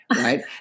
right